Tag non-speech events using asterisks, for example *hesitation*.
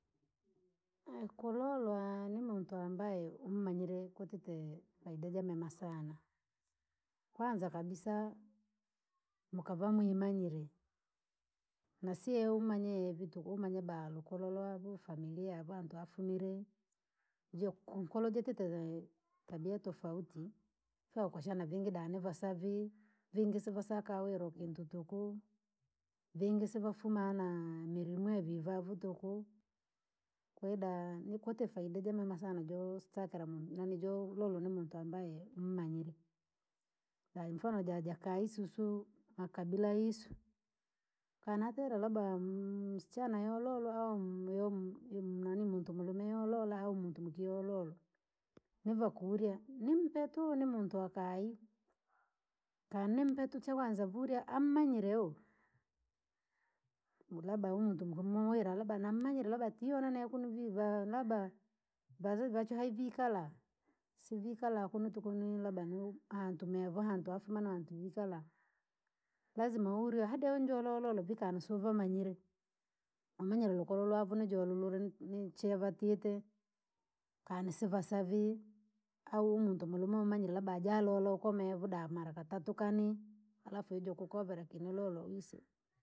*hesitation* kulolwa ni muntu ambaye wamumanyire kwatite faida jaamema sana, kwanza kabisa! Mwaka va mwimanyie, nasiyo umanyie vii tuku umanye baluku kikolo wavu familia yahantu afumire. Jeku nkolo jatite vee tabia tofauti fya ukashana vingi danivasavi, vingi sivasaka wirwa kintu tuku, vingi sivafuma na nirimwevi vavu tuku. Kwahiyo daa ni kwatite faida jamema sana joosakara muntu yaani jololwa ni muntu ambaye wamumanyire. Haya mfano jaja kayi susu makabila yisu, kaniatere labda m- msichana yololwa au *unintelligible* nanii muntu mulume yolota au muntu muki yololwa, nivakurya nimpetu nimuntu wakayi, kani nimpetu chakwanza vurya amu manyire wu. Labda uhu muntu *unintelligible* labda nammanyire labda tiyona nekuno vivo aaha labda, vazu vachu hayi vi ikala, sivikala kunu tukunu labda ni hantu mi vahantu afuma nahantu vikala, lazma wulye hadee njolololwe vi kani siwavamanyire, wamanyire lukolo lwavu ninjolulwi ni- ni- nchee vatite, kanisivasavii, au uhu mwitu mulume wamanyire labda aja alola okome vuda mara katatu kani, alafu ojokukavera kii nilolwa wise.